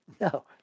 No